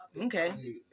Okay